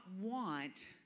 want